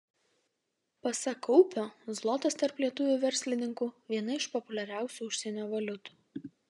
pasak kaupio zlotas tarp lietuvių verslininkų viena iš populiariausių užsienio valiutų